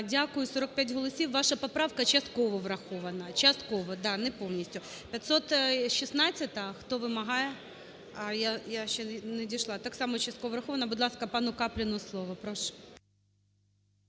Дякую, 45 голосів. Ваша поправка частково врахована, частково, да, не повністю. 516-а. Хто вимагає? А я ще не дійшла. Так само частково врахована. Будь ласка, пануКапліну слово, прошу.